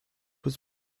was